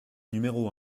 numéro